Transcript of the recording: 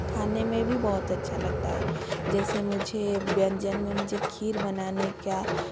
खाने में भी बहुत अच्छा लगता है जैसे मुझे व्यंजन में मुझे खीर बनाने का